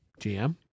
GM